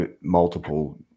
multiple